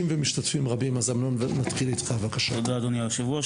אדוני היושב-ראש,